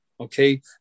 okay